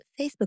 Facebook